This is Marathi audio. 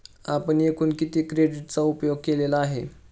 आपण एकूण किती क्रेडिटचा उपयोग केलेला आहे?